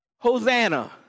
Hosanna